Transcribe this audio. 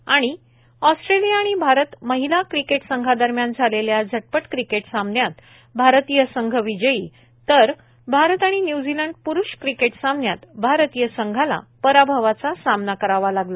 त ऑस्ट्रेलिया आणि भारत महिला क्रिकेट संघादरम्यान झालेल्या झटपट क्रिकेट सामन्यात भारतीय संघ विजयी झाला तर भारत आणि न्यूझीलंड प्रूष क्रिकेट सामन्यात भारतीय संघाला पराभवाचा सामना करावा लागला